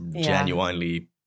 genuinely